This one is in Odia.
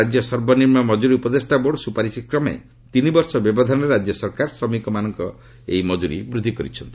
ରାଜ୍ୟ ସର୍ବନିମ୍ନ ମଜୁରୀ ଉପଦେଷ୍ଟା ବୋର୍ଡ ସୁପାରିଶ କ୍ରମେ ତିନି ବର୍ଷ ବ୍ୟବଧାନରେ ରାଜ୍ୟ ସରକାର ଶ୍ରମିକମାନଙ୍କ ମଜୁରୀ ବୃଦ୍ଧି କରିଛନ୍ତି